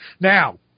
Now